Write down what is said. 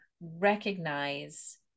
recognize